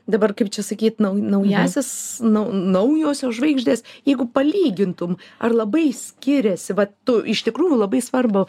dabar kaip čia sakyt nau naująsias naujosios žvaigždės jeigu palygintum ar labai skiriasi vat tu iš tikrųjų labai svarbų